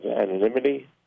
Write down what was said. anonymity